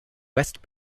west